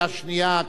בקריאה שנייה,